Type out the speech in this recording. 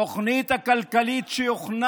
התוכנית הכלכלית שהוכנה